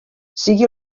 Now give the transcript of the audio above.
sigui